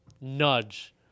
nudge